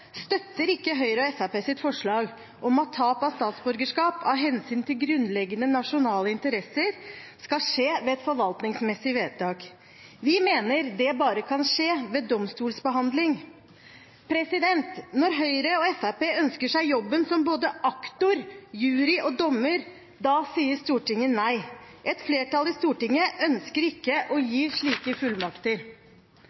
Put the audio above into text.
støtter ikke Høyre og Fremskrittspartiets forslag om at tap av statsborgerskap av hensyn til grunnleggende nasjonale interesser skal skje ved et forvaltningsmessig vedtak. Vi mener det bare kan skje ved domstolsbehandling. Når Høyre og Fremskrittspartiet ønsker seg jobben som både aktor, jury og dommer, da sier Stortinget nei. Et flertall i Stortinget ønsker ikke å gi